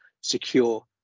secure